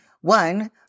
One